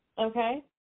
Okay